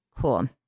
Cool